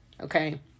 okay